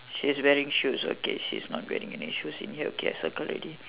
she's wearing shoes okay she's not wearing any shoes in here okay I circle already